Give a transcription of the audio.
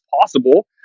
possible